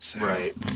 Right